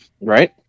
right